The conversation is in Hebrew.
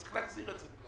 צריך להחזיר את זה.